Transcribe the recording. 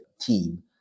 team